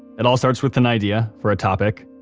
it all starts with an idea for a topic,